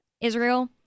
Israel